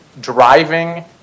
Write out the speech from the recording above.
driving